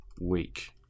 week